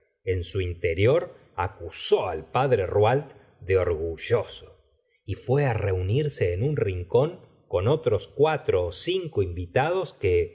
en su interior acusó al padre rouault de orgulloso y fuá á reunirse en un rincón con otros cuatro cinco invitados que